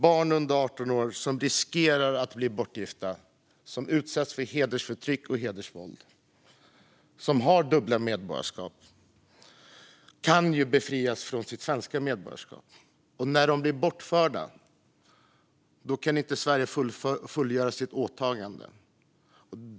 Barn under 18 år som riskerar att bli bortgifta och som utsätts för hedersförtryck och hedersvåld kan, om de har dubbla medborgarskap, fråntas sitt svenska medborgarskap. När de blir bortförda kan inte Sverige fullgöra sitt åtagande.